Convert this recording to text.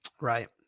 Right